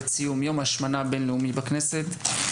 לציון יום ההשמנה הבין-לאומי בכנסת.